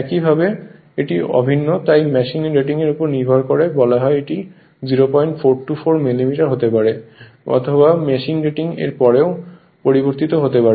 একইভাবে এটি অভিন্ন তাই মেশিনের রেটিং এর উপর নির্ভর করে বলা হয় এটি 0424 মিলিমিটার হতে পারে বা মেশিনের রেটিং এর পরেও পরিবর্তিত হতে পারে